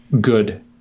good